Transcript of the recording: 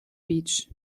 beach